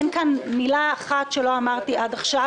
אין כאן מילה אחת שלא אמרתי עד עכשיו